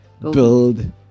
build